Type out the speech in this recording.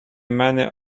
many